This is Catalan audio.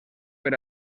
per